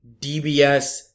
DBS